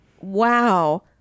wow